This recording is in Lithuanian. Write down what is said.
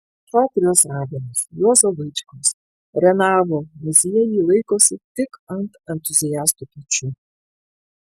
šatrijos raganos juozo vaičkaus renavo muziejai laikosi tik ant entuziastų pečių